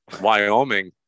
Wyoming